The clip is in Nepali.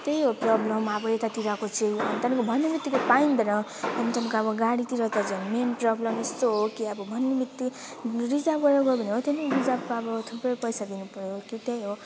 त्यही हो प्रब्लम अब यतातिरको चाहिँ अनि त्यहाँदेखिको भन्ने बित्तिकै पाइँदैन अनि त्यहाँको अब गाडीतिर त झन् मेन प्रब्लम यस्तो हो कि अब भन्ने बित्तिकै रिजर्भ गरेर गयो भने हो त्यहाँनेरि रिजर्भको आबो थुप्रै पैसा दिनु पर्यो कि त्यही हो